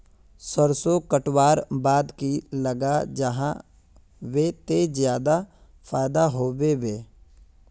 सरसों कटवार बाद की लगा जाहा बे ते ज्यादा फायदा होबे बे?